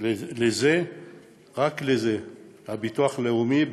והביטוח הלאומי,